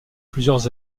plusieurs